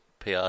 PR